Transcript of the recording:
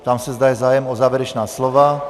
Ptám se, zda je zájem o závěrečná slova.